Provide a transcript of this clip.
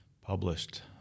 published